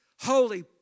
holy